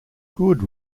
good